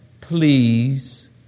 please